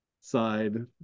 side